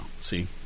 see